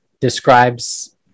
describes